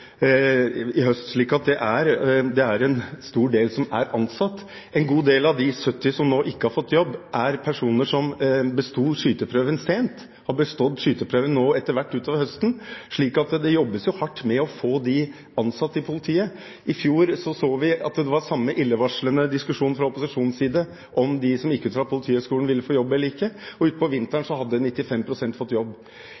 i sommer, slik at det er en stor del som er ansatt. En god del av de 70 som ennå ikke har fått jobb, er personer som besto skyteprøven sent. De har bestått skyteprøven etter hvert ut over høsten, og det jobbes nå hardt for å få dem ansatt i politiet. I fjor hadde vi samme illevarslende diskusjon fra opposisjonens side om de som gikk ut fra Politihøgskolen, ville få jobb eller ikke. Utpå vinteren hadde 95 pst. av dem fått jobb. Vi er ganske trygge på